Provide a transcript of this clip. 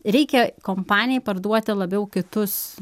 reikia kompanijai parduoti labiau kitus